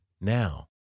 now